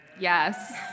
Yes